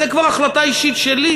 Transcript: זה כבר החלטה אישית שלי,